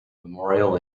memorial